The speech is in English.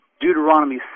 deuteronomy